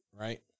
Right